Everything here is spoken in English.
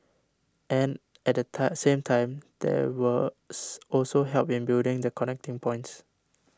and at the same time there was also help in building the connecting points